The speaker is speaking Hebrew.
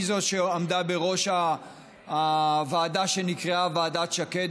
היא זו שעמדה בראש הוועדה שנקראה ועדת שקד,